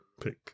pick